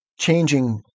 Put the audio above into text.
changing